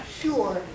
sure